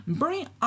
bring